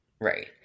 right